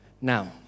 now